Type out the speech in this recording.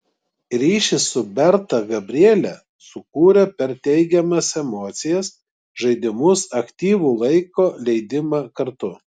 ryšį su berta gabrielė sukūrė per teigiamas emocijas žaidimus aktyvų laiko leidimą kartu